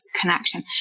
connection